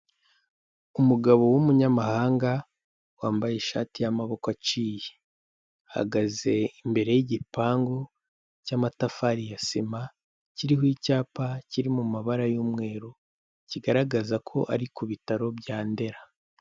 Umugabo w'umunyamahanga wambaye ishati y'amaboko aciye, ahagaze imbere y'igipangu cy'amatafari ya sima, kiriho icyapa kiri mu mabara y'umweru kigaragaza ko ari ku bitaro bya Ndera.